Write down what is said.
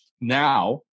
now